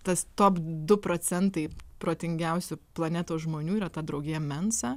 tas top du procentai protingiausių planetos žmonių yra ta draugija mensa